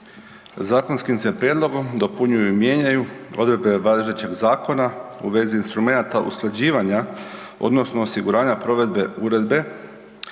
Zakonskim se prijedlogom dopunjuju i mijenjaju odredbe važećeg zakona u vezi instrumenata usklađivanja odnosno osiguranja provedbe Uredbe